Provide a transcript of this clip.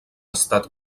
estat